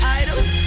idols